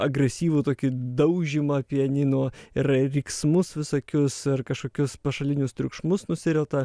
agresyvų tokį daužymą pianino ir vyksmus visokius ir kažkokius pašalinius triukšmus nusirita